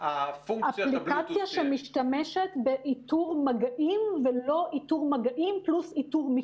האפליקציה שמשתמשת באיתור מגעים ולא באיתור מגעים פלוס מיקום.